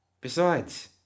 Besides